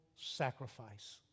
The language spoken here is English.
sacrifice